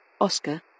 Oscar